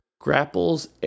grapples